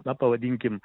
na pavadinkim